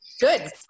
Good